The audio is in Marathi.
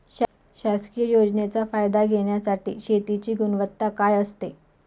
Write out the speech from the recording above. शासकीय योजनेचा फायदा घेण्यासाठी शेतीची गुणवत्ता काय असते?